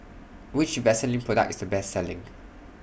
Which Vaselin Product IS The Best Selling